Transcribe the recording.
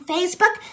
Facebook